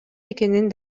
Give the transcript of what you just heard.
экенин